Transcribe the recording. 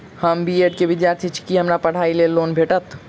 हम B Ed केँ विद्यार्थी छी, की हमरा पढ़ाई लेल लोन भेटतय?